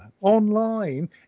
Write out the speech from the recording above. online